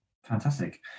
Fantastic